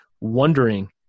wondering